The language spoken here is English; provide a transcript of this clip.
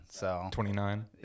29